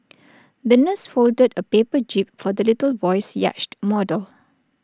the nurse folded A paper jib for the little boy's yacht model